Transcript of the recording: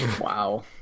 Wow